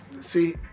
See